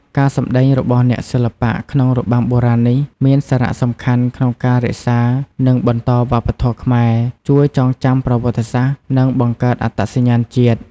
ការសម្តែងរបស់អ្នកសិល្បៈក្នុងរបាំបុរាណនេះ មានសារៈសំខាន់ក្នុងការរក្សា និងបន្តវប្បធម៌ខ្មែរ ជួយចងចាំប្រវត្តិសាស្ត្រ និងបង្កើតអត្តសញ្ញាណជាតិ។